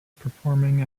performing